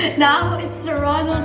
now it's the ronald